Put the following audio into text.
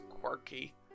quirky